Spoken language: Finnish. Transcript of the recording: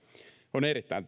on erittäin